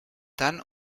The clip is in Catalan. tant